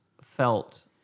felt